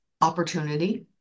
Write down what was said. Opportunity